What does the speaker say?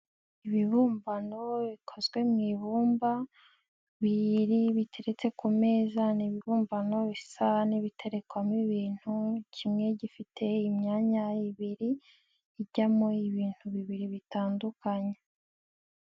Ibibumbano bikozwe mu ibumba, biteretse ku meza ni ibibumbano bisa n'ibitarekwamo ibintu, kimwe gifite imyanya ibiri, ijyamo ibintu bibiri bitandukanye.